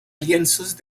lienzos